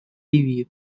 ливии